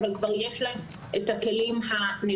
אבל כבר יש להם את הכלים הנדרשים.